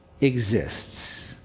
exists